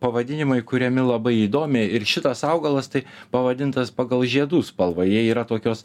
pavadinimai kuriami labai įdomiai ir šitas augalas tai pavadintas pagal žiedų spalvą jie yra tokios